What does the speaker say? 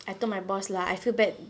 I told my boss lah I feel bad